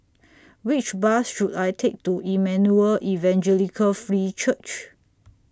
Which Bus should I Take to Emmanuel Evangelical Free Church